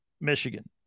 Michigan